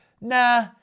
nah